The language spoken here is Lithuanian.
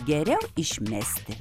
geriau išmesti